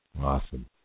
Awesome